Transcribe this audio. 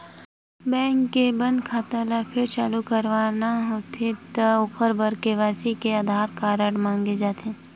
bank के बंद खाता ल फेर चालू करवाना होथे त ओखर के.वाई.सी बर आधार कारड मांगे जाथे